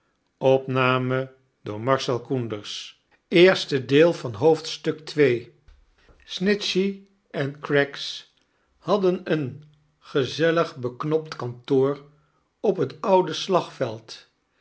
snitchey en craggs hadden een gezellig beknopt kantoor op het oude slagvelid